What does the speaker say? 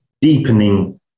deepening